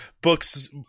books